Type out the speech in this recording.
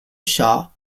ciò